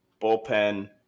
Bullpen